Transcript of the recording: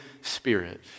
Spirit